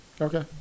okay